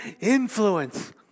influence